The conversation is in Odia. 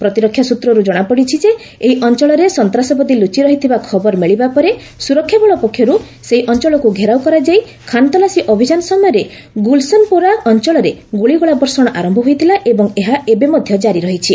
ପ୍ରତିରକ୍ଷା ସୂତ୍ରରୁ ଜଣାପଡ଼ିଛି ଯେ ଏହି ଅଞ୍ଚଳରେ ସନ୍ତାସବାଦୀ ଲୁଚି ରହିଥିବା ଖବର ମିଳିବା ପରେ ସୁରକ୍ଷାବଳ ପକ୍ଷରୁ ସେହି ଅଞ୍ଚଳକ୍ତ ଘେରାଉ କରାଯାଇ ଖାନତଲାସୀ ଅଭିଯାନ ସମୟରେ ଗୁଲସନପୋରା ଅଞ୍ଚଳରେ ଗୁଳିଗୋଳା ବର୍ଷଣ ଆରମ୍ଭ ହୋଇଥିଲା ଏବଂ ଏହା ମଧ୍ୟ ଏବେ ଜାରି ରହିଛି